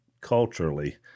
culturally